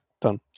Done